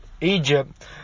Egypt